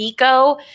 Miko